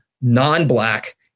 non-Black